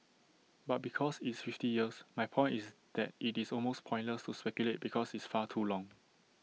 but because it's fifty years my point is that IT is almost pointless to speculate because it's far too long